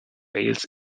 wales